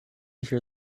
hear